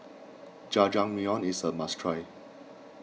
Jajangmyeon is a must try